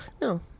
No